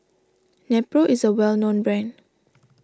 Nepro is a well known brand